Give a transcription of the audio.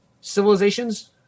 civilizations